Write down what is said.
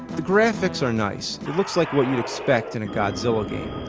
the graphics are nice. it looks like what you'd expect in a godzilla game.